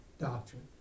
doctrine